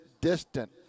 distant